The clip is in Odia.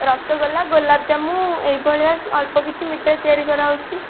ରସଗୋଲା ଗୋଲାପଜାମୁ ଏହି ଭଳିଆ ଅଳ୍ପ କିଛି ମିଠା ତିଆରି କରାହେଉଛି